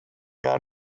are